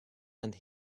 and